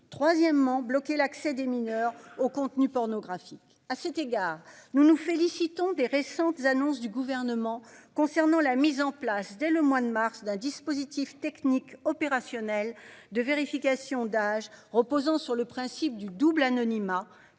Troisièmement, bloquer l'accès des mineurs au contenu pornographique à cet égard nous nous félicitons des récentes annonces du gouvernement concernant la mise en place dès le mois de mars d'un dispositif technique opérationnel de vérification d'âge reposant sur le principe du double anonymat